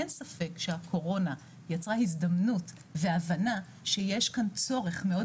אין ספק שהקורונה יצרה הזדמנות והבנה שיש כאן צורך מאוד